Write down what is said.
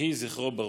יהי זכרו ברוך.